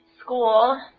school